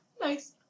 Nice